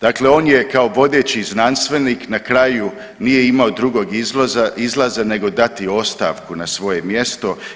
Dakle on je kao vodeći znanstvenik na kraju, nije imao drugog izlaza nego dati ostavku na svoje mjesto.